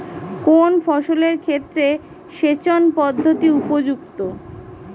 কোন ফসলের ক্ষেত্রে সেচন পদ্ধতি উপযুক্ত?